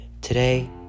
Today